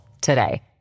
today